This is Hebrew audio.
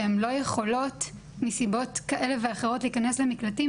שהן לא יכולות מסיבות כאלה ואחרות להיכנס למקלטים,